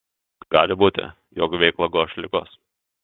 gali būti jog veiklą goš ligos